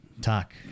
talk